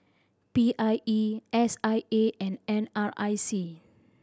P I E S I A and N R I C